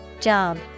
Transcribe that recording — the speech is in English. Job